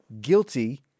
guilty